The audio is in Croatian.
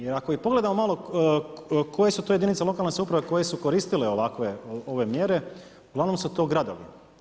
Jer ako i pogledamo malo koje su to jedinice lokalne samouprave koje su koristile ove mjere, uglavnom su to gradovi.